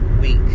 week